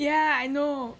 yeah I know